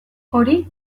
hori